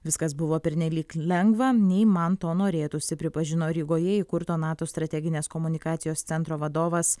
viskas buvo pernelyg lengva nei man to norėtųsi pripažino rygoje įkurto nato strateginės komunikacijos centro vadovas